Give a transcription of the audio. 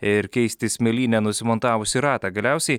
ir keisti smėlyne susimontavusį ratą galiausiai